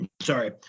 Sorry